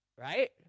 Right